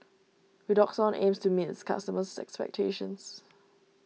Redoxon aims to meet its customers' expectations